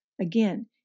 Again